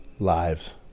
Lives